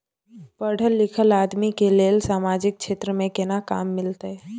पढल लीखल आदमी के लेल सामाजिक क्षेत्र में केना काम मिलते?